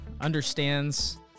understands